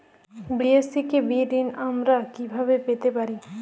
BSKB ঋণ আমি কিভাবে পেতে পারি?